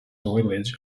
village